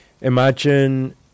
imagine